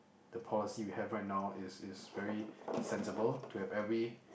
the policy we have right now is is very sensible to have every